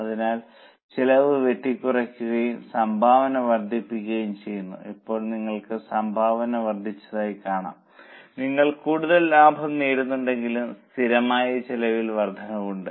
അതിനാൽ ചെലവ് വെട്ടിക്കുറയ്ക്കുകയും സംഭാവന വർദ്ധിക്കുകയും ചെയ്യുന്നു ഇപ്പോൾ നിങ്ങൾക്ക് സംഭാവന വർദ്ധിച്ചതായി കാണാം നിങ്ങൾ കൂടുതൽ ലാഭം നേടുന്നുണ്ടെങ്കിലും സ്ഥിരമായ ചിലവിൽ വർദ്ധനവ് ഉണ്ട്